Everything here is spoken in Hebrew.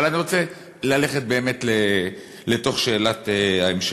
אבל אני רוצה ללכת באמת לתוך שאלת ההמשך.